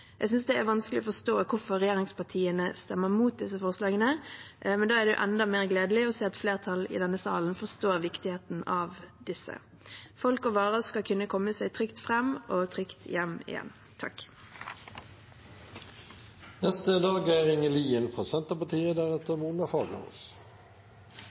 Jeg synes det er vanskelig å forstå hvorfor regjeringspartiene stemmer imot disse forslagene, men da er det enda mer gledelig å se at et flertall i denne salen forstår viktigheten av disse. Folk og varer skal kunne komme seg trygt fram og trygt hjem igjen. Rassikring er